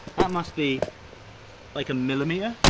that must be like a millimeter?